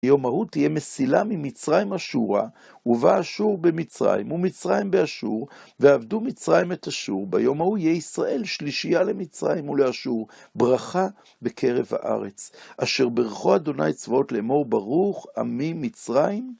ביום ההוא תהיה מסילה ממצרים אשורה, ובא אשור במצרים, ומצרים באשור, ועבדו מצרים את אשור. ביום ההוא יהיה ישראל שלישייה למצרים ולאשור, ברכה בקרב הארץ. אשר ברכו אדוני צבאות לאמור ברוך עמי מצרים.